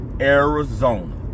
Arizona